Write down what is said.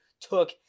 took